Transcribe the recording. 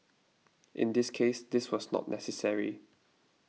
in this case this was not necessary